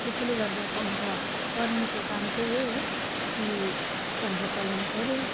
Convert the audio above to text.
त्यसैले गर्दा पङ्खा करेन्टको काम चाहिँ यही हो कि पङ्खा चलाउनुपऱ्यो